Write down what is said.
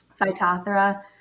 phytophthora